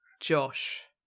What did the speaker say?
Josh